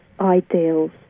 ideals